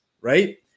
right